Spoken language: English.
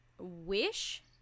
wish